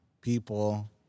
people